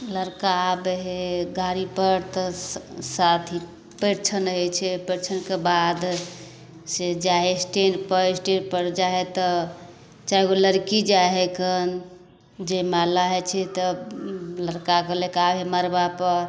लड़का आबै हइ गाड़ी पर तऽ साथ ही परिक्षण होइ छै परिक्षणके बाद से जाइ है स्टेज पर स्टेज जाइ है तऽ चारिगो लड़की जाइ हइ कऽ जयमाला होइ छै तब लड़काके लए कऽ आबै हइ मरबा पर